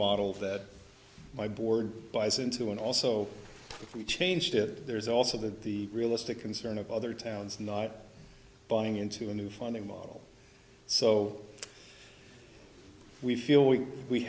model that my board buys into and also if we changed it there's also that the realistic concern of other towns not buying into a new funding model so we feel we we